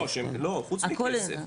לא, חוץ מכסף.